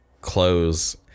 close